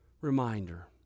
reminder